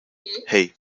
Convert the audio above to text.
hey